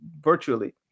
virtually